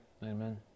Amen